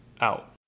out